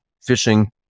fishing